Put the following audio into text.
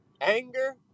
anger